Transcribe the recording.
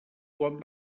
quan